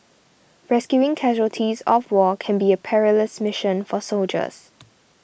rescuing casualties of war can be a perilous mission for soldiers